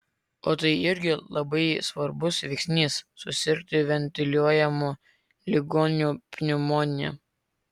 o tai irgi labai svarbus veiksnys susirgti ventiliuojamų ligonių pneumonija